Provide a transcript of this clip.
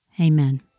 Amen